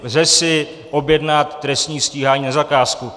Lze si objednat trestní stíhání na zakázku.